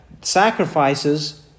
sacrifices